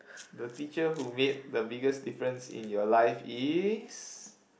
the teacher who made the biggest difference in your life is